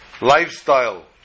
Lifestyle